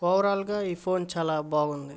ఓవరాల్గా ఈ ఫోన్ చాలా బాగుంది